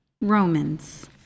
Romans